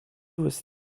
was